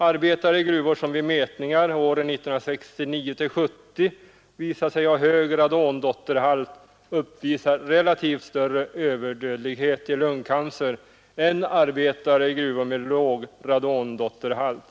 Arbetare i gruvor som vid mätningar 1969-1970 visade sig ha hög radondotterhalt uppvisar relativt större överdödlighet i lungcancer än arbetare i gruvor med låg radondotterhalt.